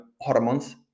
hormones